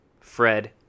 Fred